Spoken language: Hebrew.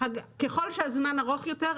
ככל שהזמן ארוך יותר,